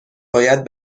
باید